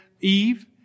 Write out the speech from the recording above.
Eve